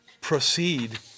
proceed